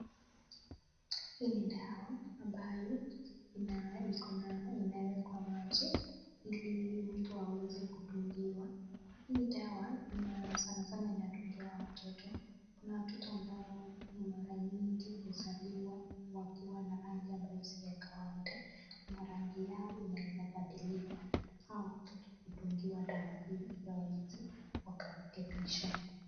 Hii ni dawa ambayo inawekwa maji ili mtu aweze kudungiwa. Hii dawa sanasana inadungiwa watoto. Kuna watoto ambao mara nyingi huzaliwa na hali isiyo ya kawaida ama rangi ya inaweza badilika. Hawa watoto hudungiwa dawa hizi ndo waweze wakarehekebishwa.